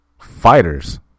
fighters